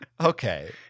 Okay